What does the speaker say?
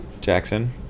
Jackson